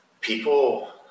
people